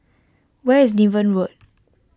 where is Niven Road